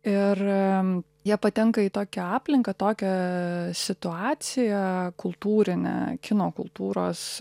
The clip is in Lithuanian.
ir jie patenka į tokią aplinką tokią situaciją kultūrinę kino kultūros